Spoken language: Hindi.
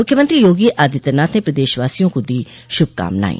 मुख्यमंत्री योगी आदित्यनाथ ने प्रदेशवासियों को दी शुभकामनाएं